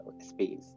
space